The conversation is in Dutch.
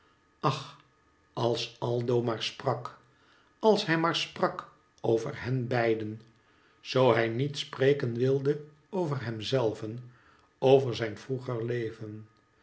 ach als aldo maar sprak als hij maar sprak over hen beiden zoo hij niet spreken wilde over hemzelven over zijn vroeger leven